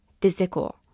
physical